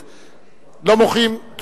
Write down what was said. לא מוחאים כפיים בכנסת.